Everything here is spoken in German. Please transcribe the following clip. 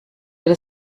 wird